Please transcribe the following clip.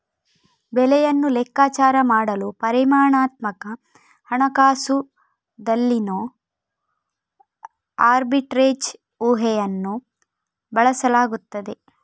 ಬೆಲೆಯನ್ನು ಲೆಕ್ಕಾಚಾರ ಮಾಡಲು ಪರಿಮಾಣಾತ್ಮಕ ಹಣಕಾಸುದಲ್ಲಿನೋ ಆರ್ಬಿಟ್ರೇಜ್ ಊಹೆಯನ್ನು ಬಳಸಲಾಗುತ್ತದೆ